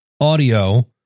audio